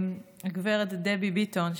גב' דבי ביטון,